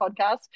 Podcast